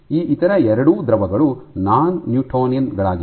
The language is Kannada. ಈ ಇತರ ಎರಡೂ ದ್ರವಗಳು ನಾನ್ ನ್ಯೂಟೋನಿಯನ್ ಗಳಾಗಿವೆ